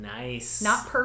Nice